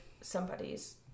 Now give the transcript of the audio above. somebody's